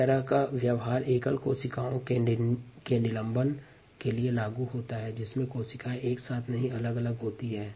इस तरह का व्यवहार एकल कोशिका के निलंबन के लिए लागू होता है जिसमे कोशिका गुच्छे के रूप में नहीं बल्क़ि अलग अलग होतें हैं